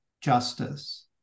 justice